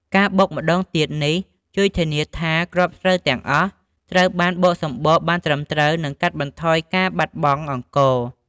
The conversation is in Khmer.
ការបុកម្តងទៀតនេះ ជួយធានាថាគ្រាប់ស្រូវទាំងអស់ត្រូវបានបកសម្បកបានត្រឹមត្រូវ និងកាត់បន្ថយការបាត់បង់អង្ករ។